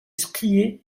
skier